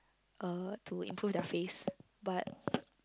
uh to improve their face but